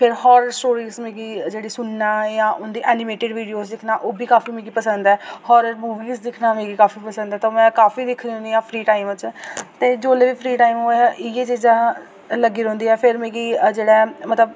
horror stories मिगी जेह्ड़ी सुनना जां उं'दी एनिमेटेड वीडियो दिक्खना ओह् बी काफी मिगी पसंद ऐ हॉरर मूवीज़ दिक्खना मिगी काफी पसंद ऐ ते में काफी दिक्खनी होनी आं फ्री टाइम बिच जोल्लै फ्री टाइम होऐ इ'यै चीजां लग्गी रौह्ंदी ऐ फिर मिगी जेह्ड़े मतलब